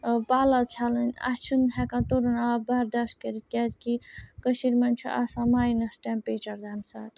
پَلَو چھَلٕنۍ اَسہِ چھُنہٕ ہٮ۪کان تُرُن آب بَرداش کٔرِتھ کیٛازِکہِ کٔشیٖرِ منٛز چھُ آسان ماینَس ٹیمپیچَر تَمہِ ساتہٕ